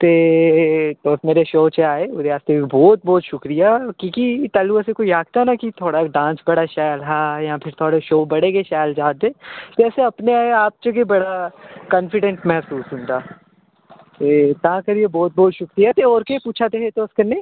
ते तु'स मेरे शोऽ च आए ओह्दे आस्तै बी बहुत बहुत शुक्रिया की कि तैह्लूं अ'सेंई कोई आखदा ना कि थुआढ़ा डांस बड़ा शैल हा या फिर थुआढ़े शोऽ बड़े गै शैल जा'रदे ते अ'सें अपने आप च गै बड़ा कांफिडैंस मह्सूस होंदा ते तां करियै बहुत बहुत शुक्रिया ते होर केह् पुच्छा दे हे तु'स कन्नै